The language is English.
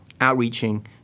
outreaching